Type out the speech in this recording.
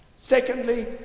Secondly